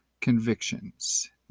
convictions